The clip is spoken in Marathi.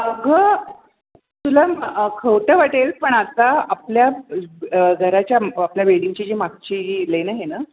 अगं तुला खोटं वाटेल पण आता आपल्या घराच्या आपल्या बिल्डिंगची जी मागची जी लेन आहे ना